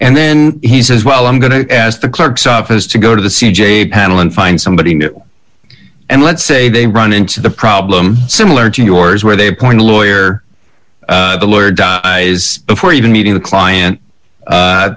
and then he says well i'm going to ask the clerk's office to go to the c j panel and find somebody new and let's say they run into the problem similar to yours where they appoint a lawyer the lawyer dies before even meeting the client